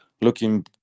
looking